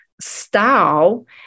style